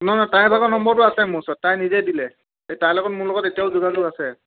নহয় তাইৰ ভাগৰ নম্বটো আছে মোৰ ওচৰত তাই নিজে দিলে এই তাৰ লগত মোৰ লগত এতিয়াও যোগাযোগ আছে